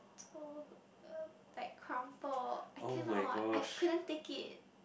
uh like crumpled I cannot I couldn't take it